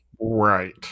Right